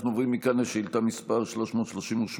אנחנו עוברים מכאן לשאילתה מס' 338,